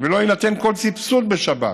ולא יינתן כל סבסוד בשבת.